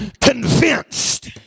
convinced